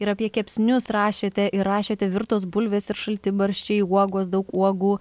ir apie kepsnius rašėte ir rašėte virtos bulvės ir šaltibarščiai uogos daug uogų